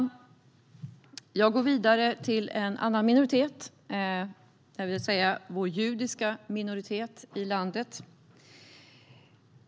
Låt mig gå vidare till en annan minoritet i landet, nämligen den judiska.